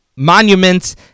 monuments